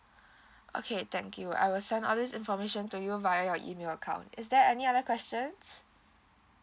okay thank you I will send all this information to you via your email account is there any other questions